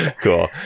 Cool